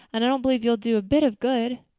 and i don't believe you'll do a bit of good.